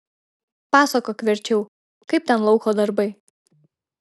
pasakok verčiau kaip ten lauko darbai